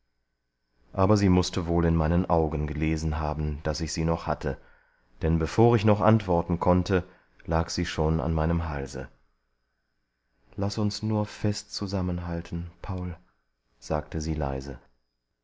aber sie mußte wohl in meinen augen gelesen haben daß ich sie noch hatte denn bevor ich noch antworten konnte lag sie schon an meinem halse laß uns nur fest zusammenhalten paul sagte sie leise